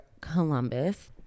Columbus